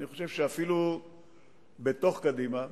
אני חושב שאפילו בתוך קדימה